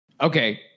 Okay